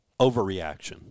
Overreaction